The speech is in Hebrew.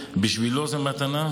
ובשבילו זאת מתנה,